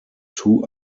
two